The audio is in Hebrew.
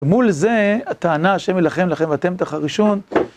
ומול זה, הטענה השם ינחם לכם ואתם תחרישון